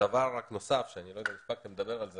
דבר נוסף שאני לא יודע אם הספקתם לדבר עליו,